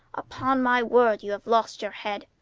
upon my word, you have lost your head!